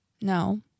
No